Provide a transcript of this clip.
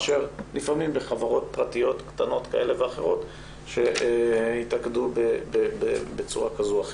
מאשר בחברות פרטיות קטנות כאלה ואחרות שהתאגדו בצורה כזו או אחרת.